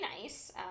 nice